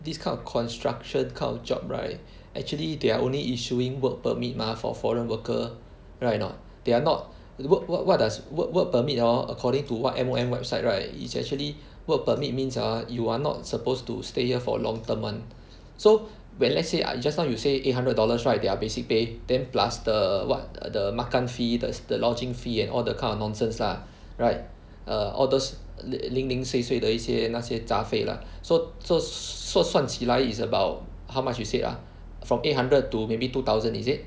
this kind of construction kind of job right actually they are only issuing work permit mah for foreign worker right or not they are not work what what what does work permit hor according to what M_O_M website right is actually work permit means ah you are not supposed to stay here for a long term [one] so when let's say ah just now you say eight hundred dollars right their basic pay then plus the what the makan fee the lodging fee and all the kind of nonsense lah right err all those err 零零碎碎的一些那些杂费 lah so so 算起来 is about how much you said ah from eight hundred to maybe two thousand is it